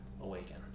awaken